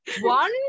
one